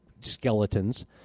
skeletons